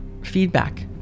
feedback